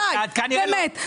די, באמת.